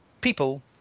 people